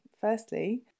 firstly